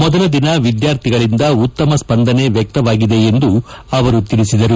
ಮೊದಲ ದಿನ ವಿದ್ಯಾರ್ಥಿಗಳಿಂದ ಉತ್ತಮ ಸ್ಪಂದನೆ ವ್ಲಕ್ತವಾಗಿದೆ ಎಂದು ಅವರು ತಿಳಿಸಿದರು